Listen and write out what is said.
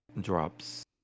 drops